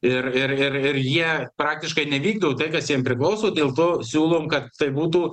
ir ir ir ir jie praktiškai nevykdo tai kas jiem priklauso dėl to siūlom kad tai būtų